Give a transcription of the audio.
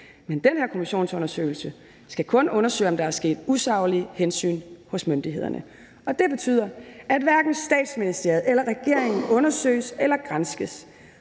Men den her kommissionsundersøgelse skal kun undersøge, om der er sket usaglige hensyn hos myndighederne, og det betyder, at hverken Statsministeriet eller regeringen undersøges eller granskes,